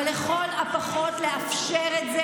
אבל לכל הפחות יש לאפשר את זה